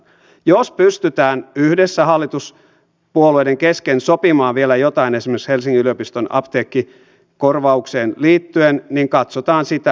jos pystytään yhdessä hallituspuolueiden kesken sopimaan vielä jotain esimerkiksi helsingin yliopiston apteekkikorvaukseen liittyen niin katsotaan sitä